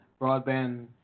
Broadband